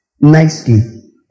nicely